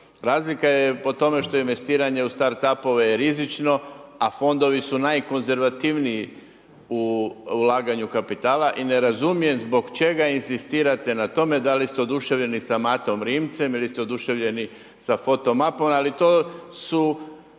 Razlika je po tome što investiranje u start up-ove je rizično a fondovi su najkonzervativniji u ulaganju kapitala i ne razumijem zbog čega inzistirate na tome da li ste oduševljeni sa Matom Rimcem ili ste oduševljeni sa foto mapom ali to su